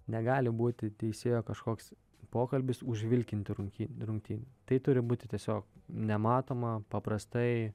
negali būti teisėjo kažkoks pokalbis užvilkinti rungtynių rungtynių tai turi būti tiesiog nematoma paprastai